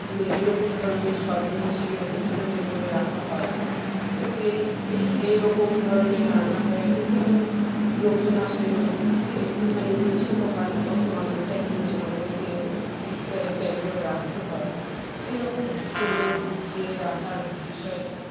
এই রকম ধরনের সব জিনিসই ও রকম সুন্দর করে রাখা হয় এই এই এই এই রকম ধরনের রান্নাঘরে যেমন লোকজন আসলে যেমন একটুখানি জিনিসে তো হয় না তখন অনেকটাই জিনিস আমাদেরকে ক্যারি করে রাখতে হয় এই রকম সুন্দর গুছিয়ে রাখার বিষয়টা